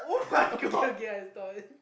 okay okay I stop